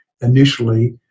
initially